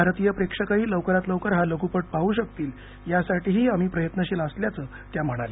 भारतीय प्रेक्षकही लवकरात लवकर हा लघुपट पाहू शकतील यासाठीही आम्ही प्रयत्नशील असल्याचं त्या म्हणाल्या